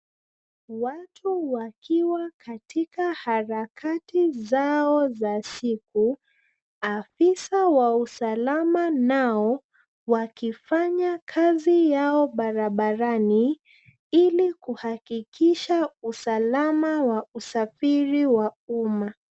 Watu wakiwa Katika harakati zao za siku, afisa wa usalama nao wakifanya kazi yao barabarani ili kuhakikisha usalama wa usafiri wa umma.